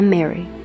Mary